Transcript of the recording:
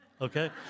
okay